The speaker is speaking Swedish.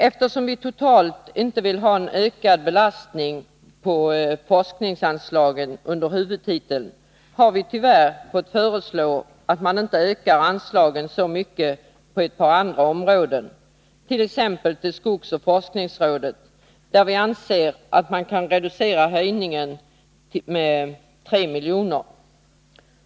Eftersom vi totalt inte vill ha en ökad belastning på forskningsanslagen under huvudtiteln, har vi tyvärr fått föreslå att man inte skall öka anslagen så mycket på ett par andra områden, t.ex. till jordoch skogsbrukets forskningsråd, där vi anser att man kan reducera höjningen med 3 milj.kr.